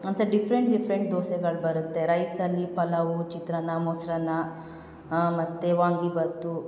ಅಂತ different different ದೋಸೆಗಳು ಬರುತ್ತೆ ರೈಸಲ್ಲಿ ಪಲಾವು ಚಿತ್ರಾನ್ನ ಮೊಸರನ್ನ ಮತ್ತು ವಾಂಗಿಬಾತು